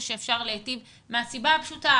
מהסיבה הפשוטה,